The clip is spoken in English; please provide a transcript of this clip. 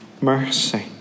mercy